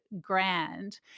grand